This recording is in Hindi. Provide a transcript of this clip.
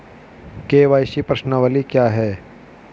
के.वाई.सी प्रश्नावली क्या है?